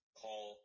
call